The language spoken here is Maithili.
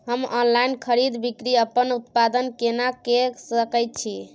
हम ऑनलाइन खरीद बिक्री अपन उत्पाद के केना के सकै छी?